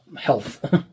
health